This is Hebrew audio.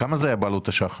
כמה זה היה ב"עלות השחר"?